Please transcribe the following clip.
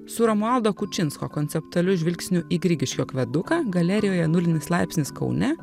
su romualdo kučinsko konceptualiu žvilgsniu į grigiškių akveduką galerijoje nulinis laipsnis kaune